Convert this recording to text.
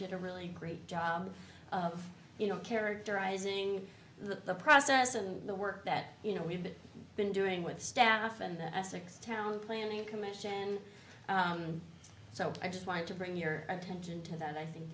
did a really great job of you know characterizing the process and the work that you know we've been doing with staff and the essex town planning commission so i just wanted to bring your attention to that i think